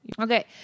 Okay